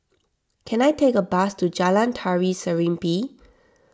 can I take a bus to Jalan Tari Serimpi